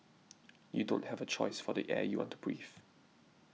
you don't have a choice for the air you want to breathe